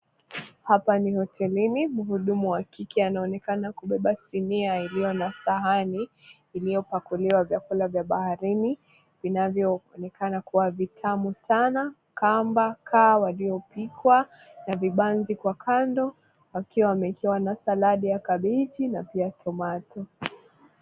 Hapa ni hotelini. Mhudumu wa kike anaonekana kubeba sinia ilio na sahani iliopakuliwa vyakula vya baharini vinavyoonekana kuwa vitamu sana; kamba, kaa waliopikwa na vibanzi kwa kando wakiwa wameekewa na saladi ya kabichi na pia tomato .